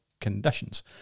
conditions